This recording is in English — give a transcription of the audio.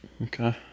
Okay